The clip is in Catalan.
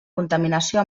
contaminació